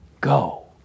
go